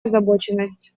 озабоченность